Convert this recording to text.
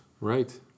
Right